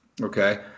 okay